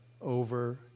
over